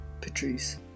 Patrice